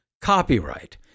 Copyright